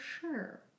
sure